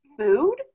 food